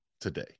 today